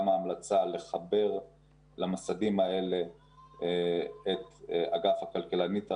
גם ההמלצה לחבר למסדים האלה את אגף הכלכלנית הראשית,